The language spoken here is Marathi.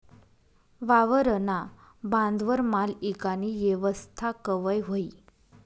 वावरना बांधवर माल ईकानी येवस्था कवय व्हयी?